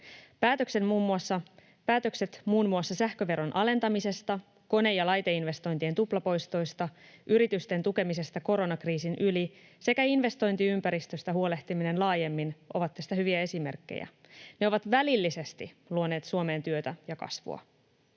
Päätökset muun muassa sähköveron alentamisesta, kone- ja laiteinvestointien tuplapoistoista, yritysten tukemisesta koronakriisin yli sekä investointiympäristöstä huolehtiminen laajemmin ovat tästä hyviä esimerkkejä. Ne ovat välillisesti luoneet Suomeen työtä ja kasvua.